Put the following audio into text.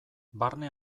barne